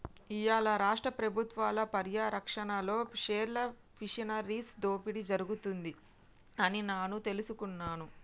ఇయ్యాల రాష్ట్ర పబుత్వాల పర్యారక్షణలో పేర్ల్ ఫిషరీస్ దోపిడి జరుగుతుంది అని నాను తెలుసుకున్నాను